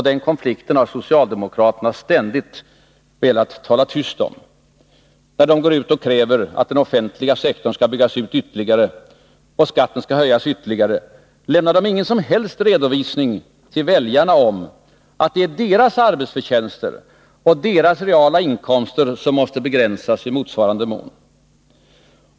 Den konflikten vill socialdemokraterna tala tyst om. När de går ut och kräver att den offentliga sektorn skall byggas ut ytterligare och att skatten skall höjas ytterligare, lämnar de ingen som helst redovisning till väljarna om att det är deras arbetsförtjänster och deras reala inkomster som måste begränsas i motsvarande mån.